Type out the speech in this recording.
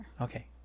okay